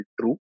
true